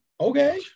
Okay